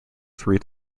three